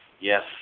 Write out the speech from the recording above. Yes